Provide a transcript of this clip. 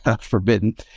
forbidden